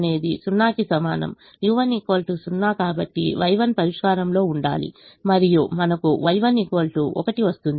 u1 0 కాబట్టి Y1 పరిష్కారంలో ఉండాలి మరియు మనకు Y1 1 వస్తుంది u1 0